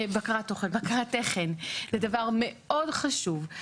זה דבר מאוד חשוב,